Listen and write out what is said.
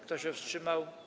Kto się wstrzymał?